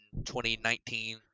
2019